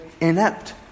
inept